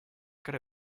could